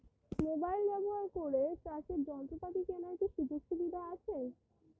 Mobile ব্যবহার করে চাষের যন্ত্রপাতি কেনার কি সুযোগ সুবিধা আছে?